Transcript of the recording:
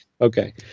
Okay